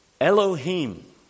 Elohim